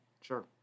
Sure